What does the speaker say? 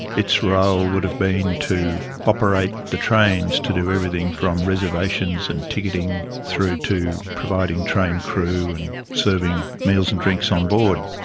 its role would have been to operate the trains to do everything from reservations and ticketing through to providing train crew and serving meals and drinks on board.